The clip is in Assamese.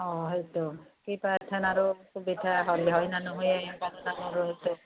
আ হয়তো কিবা এথেন আৰু সুবিধা হলি হয়না নহয়ে